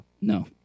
no